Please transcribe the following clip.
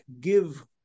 give